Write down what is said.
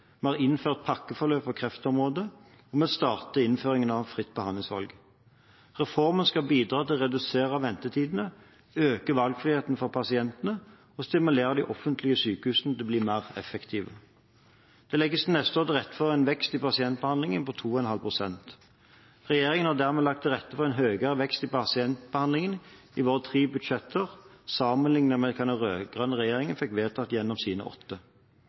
vi har innført pakkeforløp på kreftområdet, og vi har startet innføringen av fritt behandlingsvalg. Reformen skal bidra til å redusere ventetidene, øke valgfriheten for pasientene og stimulere de offentlige sykehusene til å bli mer effektive. Det legges neste år til rette for en vekst i pasientbehandlingen på 2,5 pst. Regjeringen har dermed lagt til rette for en høyere vekst i pasientbehandlingen i våre tre budsjetter sammenlignet med hva den rød-grønne regjeringen fikk vedtatt gjennom sine åtte.